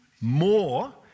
more